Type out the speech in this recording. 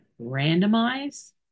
randomize